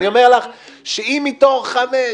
אז אני אומר לך שאם מתוך חמישה,